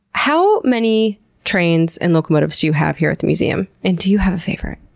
how many trains and locomotives do you have here at the museum? and do you have a favorite?